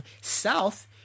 South